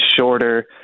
shorter